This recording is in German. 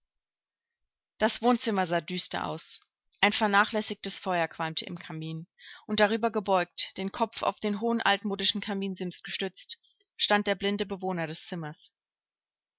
das wohnzimmer sah düster aus ein vernachlässigtes feuer qualmte im kamin und darüber gebeugt den kopf auf den hohen altmodischen kaminsims gestützt stand der blinde bewohner des zimmers